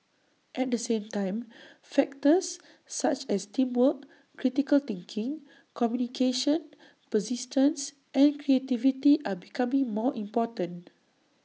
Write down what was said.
at the same time factors such as teamwork critical thinking communication persistence and creativity are becoming more important